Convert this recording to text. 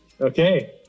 Okay